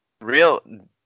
real